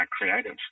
creative